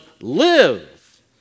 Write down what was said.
live